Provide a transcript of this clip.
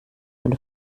eine